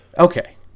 Okay